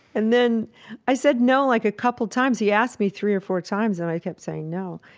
and then i said no like a couple times he asked me three or four times and i kept saying no.